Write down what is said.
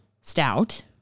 stout